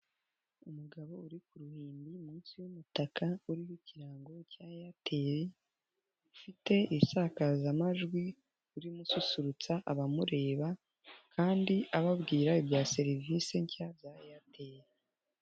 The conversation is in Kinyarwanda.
Umugabo uri ku ruhimbi munsi y'umutaka, uriho ikirango cya Airtel, ufite isakazamajwi, urimo ususurutsa abamureba kandi ababwira ibabwira serivisi nshya za Airtel.